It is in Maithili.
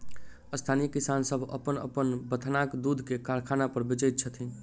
स्थानीय किसान सभ अपन अपन बथानक दूध के कारखाना पर बेचैत छथि